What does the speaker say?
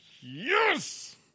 yes